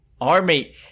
Army